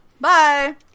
Bye